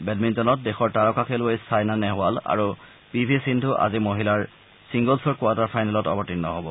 বেডমিণ্টনত দেশৰ তাৰকা খেলুৱৈ চাইনা নেহৱাল আৰু পি ভি সিন্ধু আজি মহিলাৰ চিংগলছৰ কোৱাৰ্টাৰ ফাইনেলত অৱতীৰ্ণ হব